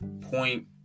point